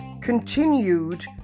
continued